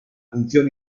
función